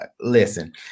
listen